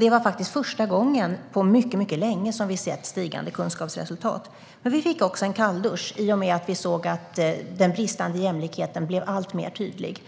Det var faktiskt första gången på mycket länge som vi har sett stigande kunskapsresultat. Men vi fick också en kalldusch då vi såg att den bristande jämlikheten blir alltmer tydlig.